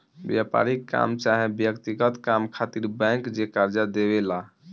व्यापारिक काम चाहे व्यक्तिगत काम खातिर बैंक जे कर्जा देवे ला